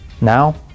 Now